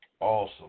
Awesome